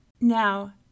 Now